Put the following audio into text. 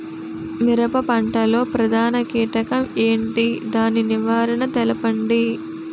మిరప పంట లో ప్రధాన కీటకం ఏంటి? దాని నివారణ తెలపండి?